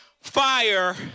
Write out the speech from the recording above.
fire